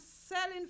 selling